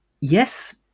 yes